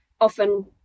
Often